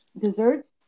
Desserts